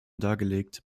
dargelegt